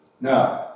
now